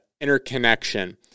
interconnection